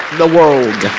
the world.